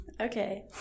okay